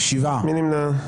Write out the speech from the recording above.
מי נמנע?